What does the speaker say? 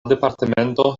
departemento